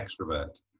extrovert